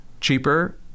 cheaper